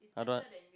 I don't want